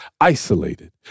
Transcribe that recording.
isolated